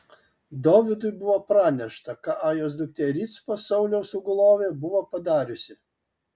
dovydui buvo pranešta ką ajos duktė ricpa sauliaus sugulovė buvo padariusi